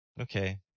okay